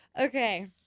okay